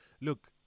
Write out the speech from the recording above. Look